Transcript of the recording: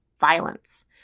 violence